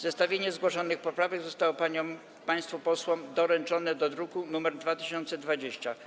Zestawienie zgłoszonych poprawek zostało państwu posłom doręczone do druku nr 2020.